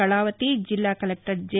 కళావతి జిల్లా collector J